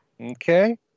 Okay